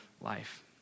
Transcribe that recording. life